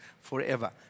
forever